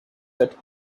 that